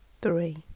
three